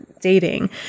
dating